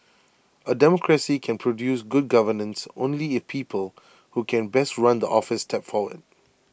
A democracy can produce good governance only if people who can best run the office step forward